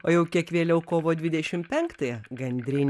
o jau kiek vėliau kovo dvidešim penktąją gandrinės